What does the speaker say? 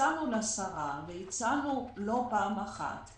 הצענו לשרה ולא פעם אחת,